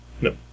No